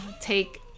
Take